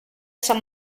san